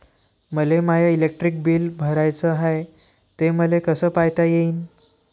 मले my electric bill भराचं हाय, ते मले कस पायता येईन?